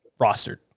rostered